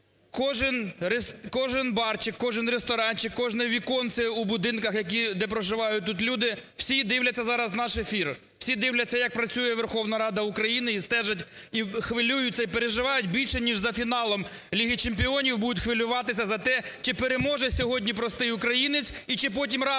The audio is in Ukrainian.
кожен барчик, кожен ресторанчик, кожне віконце у будинках, які, де проживають тут люди, всі дивляться зараз наш ефір, всі дивляться як працює Верховна Рада України і стежать, і хвилюються, і переживають більш ніж за фіналом Ліги Чемпіонів, будуть хвилюватися за те чи переможе сьогодні простий українець і чи потім разом